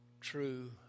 true